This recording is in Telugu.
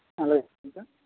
అలాగే ఇంకా